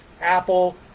Apple